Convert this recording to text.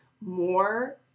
more